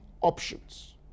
options